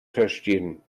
verstehen